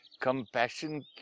Compassion